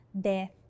death